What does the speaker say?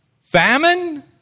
Famine